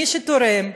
מי שתורם,